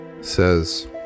Says